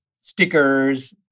stickers